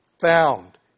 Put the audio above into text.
found